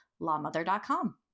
lawmother.com